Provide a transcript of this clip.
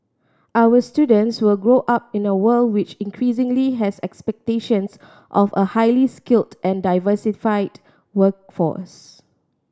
our students will grow up in a world which increasingly has expectations of a highly skilled and diversified workforce